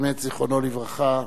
באמת זיכרונו לברכה.